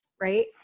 right